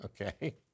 okay